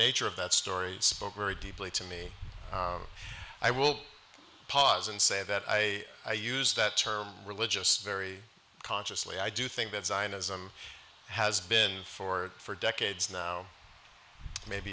nature of that story spoke very deeply to me i will pause and say that i use that term religious very consciously i do think that zionism has been for for decades now maybe